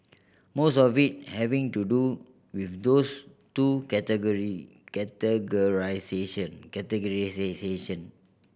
most of it having to do with those two categorisation